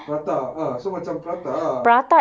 prata ah so macam prata ah